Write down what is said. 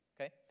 Okay